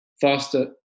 faster